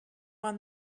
won